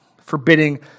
forbidding